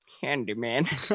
handyman